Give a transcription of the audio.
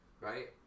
right